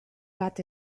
bat